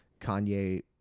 Kanye